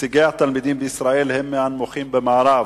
הישגי התלמידים בישראל הם מהנמוכים במערב,